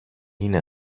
είναι